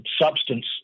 substance